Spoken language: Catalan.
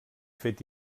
fet